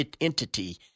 entity